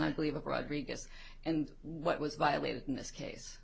i believe of rodriguez and what was violated in this case